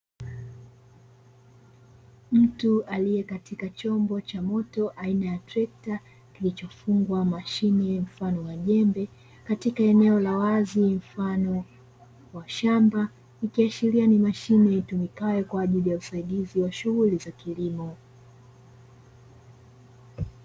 Mtu aliye katika chombo cha moto aina ya trekta kilichofungwa mashine mfano wa jembe katika eneo la wazi mfano wa shamba, ikiashiria ni mashine itumikayo kwa ajili ya usaidizi wa shughuli za kilimo.